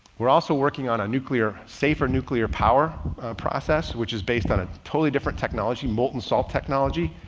we're also working on a nuclear safer nuclear power process, which is based on a totally different technology. molten salt technology,